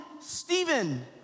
Stephen